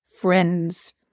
friends